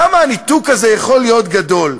כמה הניתוק הזה יכול להיות גדול?